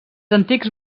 antics